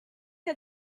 had